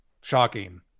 Shocking